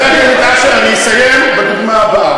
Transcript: הם לא מקבלים את הכול, אז לא מקבלים את הכול, אבל,